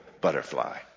butterfly